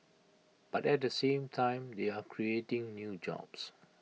but at the same time they are creating new jobs